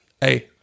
Hey